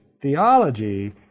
theology